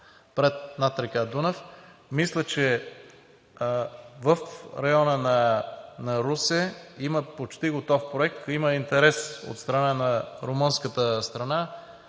моста над река Дунав. Мисля, че в района на Русе има почти готов проект. Има интерес от румънска страна